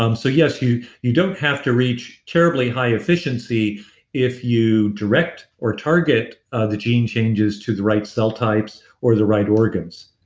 um so yes, you you don't have to reach terribly high efficiency if you direct or target ah the gene changes to the right cell types or the right organs